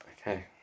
Okay